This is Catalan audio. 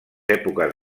èpoques